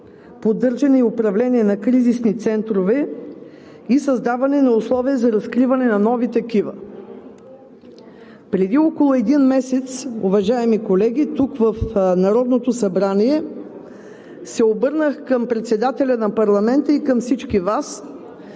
поддържане и управление на кризисни центрове, и създаване на условия за разкриване на нови такива. Преди около един месец, уважаеми колеги, тук в Народното събрание се обърнах към председателя на парламента и към всички Вас